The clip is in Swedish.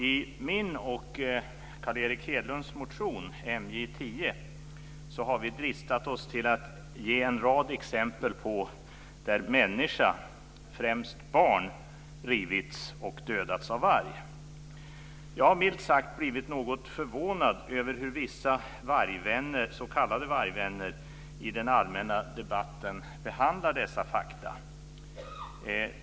I min och Carl Erik Hedlunds motion MJ10 har vi dristat oss till att ge en rad exempel på situationer där människor, främst barn, rivits och dödats av varg. Jag har milt sagt blivit något förvånad över hur vissa s.k. vargvänner behandlar dessa fakta i den allmänna debatten.